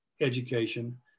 education